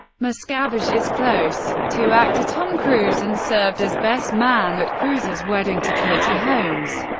miscavige is close to actor tom cruise and served as best man at cruise's wedding to katie holmes.